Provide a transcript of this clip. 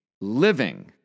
living